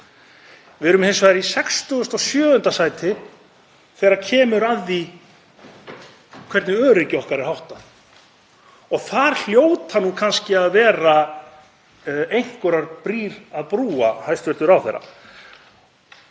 Við erum hins vegar í 67. sæti þegar kemur að því hvernig öryggi okkar er háttað og þar hljóta nú kannski að vera einhverjar brýr að brúa, hæstv. ráðherra.